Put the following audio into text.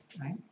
Right